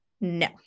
no